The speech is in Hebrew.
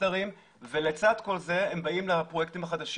היפסטרים ולצד כל זה הם באים לפרויקטים החדשים,